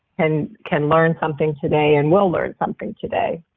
can can learn something today and will learn something today.